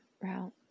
route